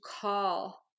call